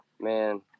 Man